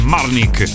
Marnik